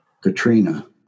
Katrina